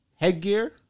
Headgear